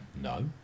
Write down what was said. no